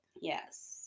Yes